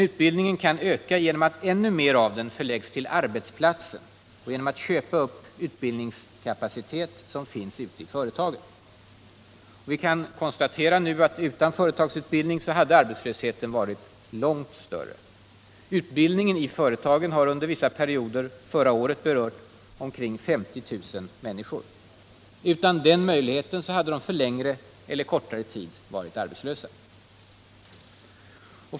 Utbildningen kan emellertid öka genom att ännu mer av den förläggs till arbetsplatsen och genom att staten köper upp den utbildningskapacitet som finns i företagen. Vi kan nu konstatera att utan företagsutbildning hade arbetslösheten varit långt större. Utbildningen i företag har under vissa perioder förra året berört omkring 50 000 människor. Utan denna möjlighet hade de för längre eller kortare tid varit arbetslösa.